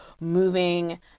moving